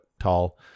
tall